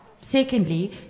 Secondly